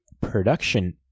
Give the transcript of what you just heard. production